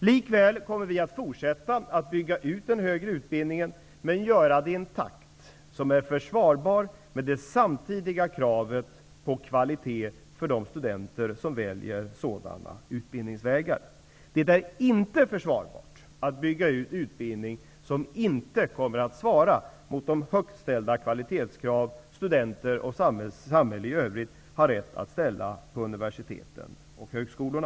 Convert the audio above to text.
Likväl kommer vi att fortsätta att bygga ut den högre utbildningen, men vi kommer att göra det i den takt som är försvarbar med det samtida kravet på kvalitet för de studenter som väljer sådana utbildningsvägar. Det är inte försvarbart att bygga ut utbildning som inte kommer att svara mot de högt ställda kvalitetskrav som studenter och samhället i övrigt har rätt att ställa på universiteten och högskolorna.